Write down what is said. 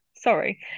Sorry